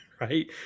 right